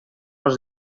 els